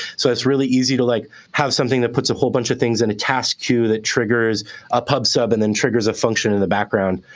so it's really easy to like have something that puts a whole bunch of things in a task queue that triggers a pub sub and then triggers a function in the background.